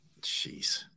Jeez